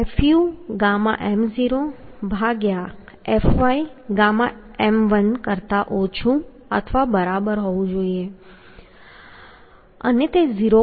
𝛽 એ fuɣm0fyɣm1 કરતા ઓછું અથવા બરાબર હોવું જોઈએ અને તે 0